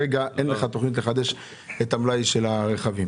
אין לך כרגע תכנית לחדש את מלאי הרכבים.